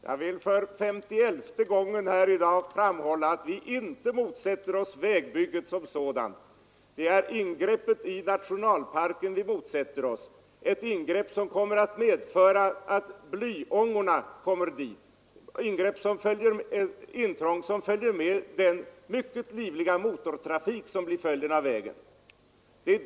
Herr talman! Jag vill för femtioelfte gången här i dag framhålla att vi inte motsätter oss vägbygget som sådant. Det är ingreppet i nationalparken vi motsätter oss, ett ingrepp som kommer att medföra att blyångorna kommer dit genom den mycket livliga motortrafik som blir följden av vägen.